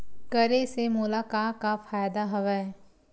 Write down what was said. करे से मोला का का फ़ायदा हवय?